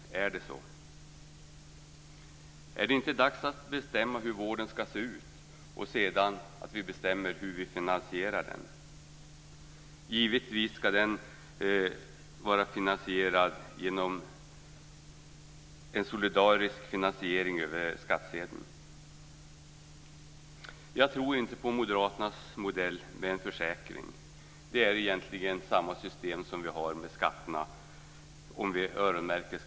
Är det så? Är det inte dags att bestämma hur vården ska se ut och sedan bestämma hur vi finansierar den. Givetvis ska det vara en solidarisk finansiering över skattsedeln. Jag tror inte på Moderaternas modell med en försäkring. Det är egentligen samma system som vi har med skatterna om vi öronmärker dem.